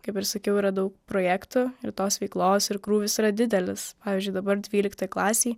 kaip ir sakiau yra daug projektų ir tos veiklos ir krūvis yra didelis pavyzdžiui dabar dvyliktoj klasėj